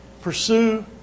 Pursue